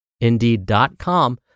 Indeed.com